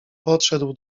podszedł